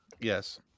Yes